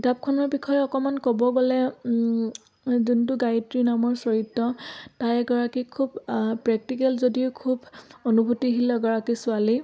কিতাপখনৰ বিষয়ে অকণমান ক'ব গ'লে যোনটো গায়ত্ৰী নামৰ চৰিত্ৰ তাই এগৰাকী খুব প্ৰেক্টিকেল যদিও খুব অনুভূতিশীল এগৰাকী ছোৱালী